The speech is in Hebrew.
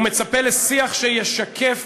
הוא מצפה לשיח שישקף